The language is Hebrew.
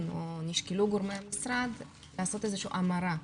או שקלו גורמי המשרד לעשות איזה שהיא המרה.